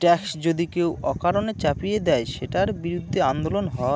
tax যদি কেউ অকারণে চাপিয়ে দেয়, সেটার বিরুদ্ধে আন্দোলন হয়